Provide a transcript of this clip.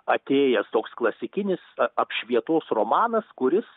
atėjęs toks klasikinis apšvietos romanas kuris